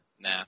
nah